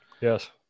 Yes